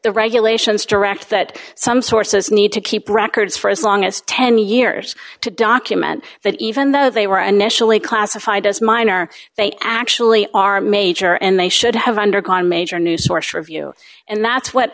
the regulations direct that some sources need to keep records for as long as ten years to document that even though they were initially classified as minor they actually are major and they should have undergone major new source review and that's what